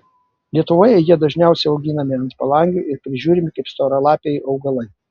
lietuvoje jie dažniausiai auginami ant palangių ir prižiūrimi kaip storalapiai augalai